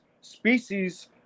species